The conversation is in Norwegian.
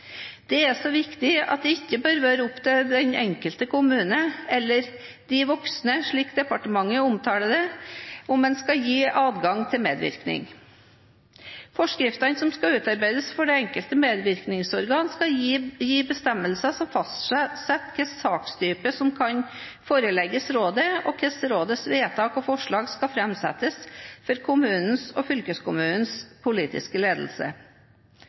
er så viktig at det ikke bør være opp til den enkelte kommune, eller «de voksne», slik departementet omtaler det, om en skal gi adgang til medvirkning. Forskriftene som skal utarbeides for de enkelte medvirkningsorganene, skal gi bestemmelser som fastsetter hvilke sakstyper som skal forelegges rådene, og hvordan rådenes vedtak og forslag skal framsettes for kommunenes og fylkeskommunenes politiske ledelse.